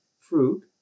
fruit